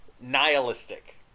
Nihilistic